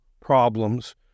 problems